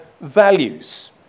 values